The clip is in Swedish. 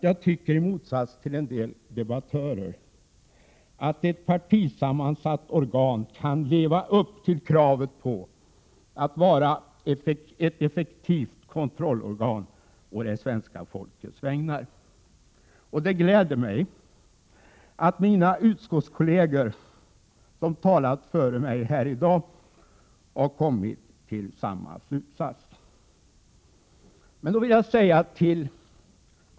I motsats till en del debattörer tycker jag att ett partisammansatt organ kan leva upp till kravet på att vara ett effektivt kontrollorgan å det svenska folkets vägnar. Det gläder mig att mina utskottskolleger som har talat före mig här i dag har kommit till samma slutsats.